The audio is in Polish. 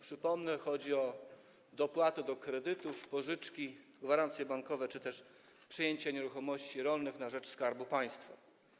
Przypomnę, że chodzi o dopłaty do kredytów, pożyczki, gwarancje bankowe czy też przenoszenie własności nieruchomości rolnych na rzecz Skarbu Państwa.